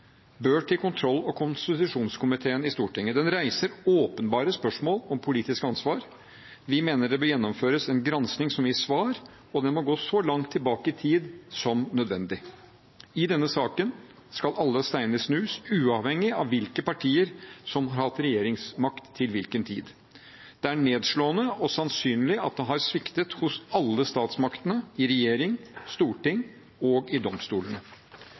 bør til kontroll- og konstitusjonskomiteen i Stortinget. Den reiser åpenbare spørsmål om politisk ansvar. Vi mener det bør gjennomføres en gransking som gir svar, og den må gå så langt tilbake i tid som nødvendig. I denne saken skal alle steiner snus, uavhengig av hvilke partier som har hatt regjeringsmakt til hvilken tid. Det er nedslående – og sannsynlig – at det har sviktet hos alle statsmaktene: i regjering, i storting og i domstolene.